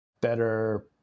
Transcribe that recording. better